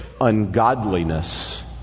ungodliness